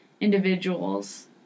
individuals